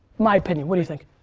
my opinion, what do you think?